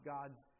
God's